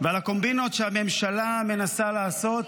ועל הקומבינות שהממשלה מנסה לעשות